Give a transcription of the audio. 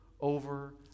over